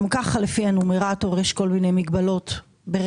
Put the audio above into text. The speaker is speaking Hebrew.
גם ככה לפי הנומרטור יש כל מיני מגבלות ברגע